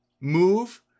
move